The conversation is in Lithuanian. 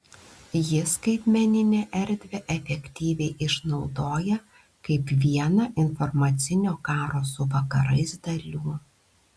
ji skaitmeninę erdvę efektyviai išnaudoja kaip vieną informacinio karo su vakarais dalių